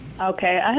Okay